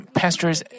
pastors